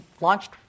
launched